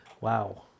Wow